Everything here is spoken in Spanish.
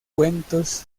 cuentos